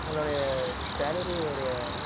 உங்ளோடைய சேலரியோடைய